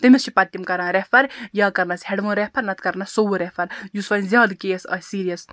تٔمِس چھِ پَتہ تِم کَران ریٚفر یا کَرنَس ہیٚڈوُن ریٚفَر نَتہٕ کَرنَس سووُر ریٚفَر یُس وۅنۍ زیادٕ کیس آسہِ سیٖریَس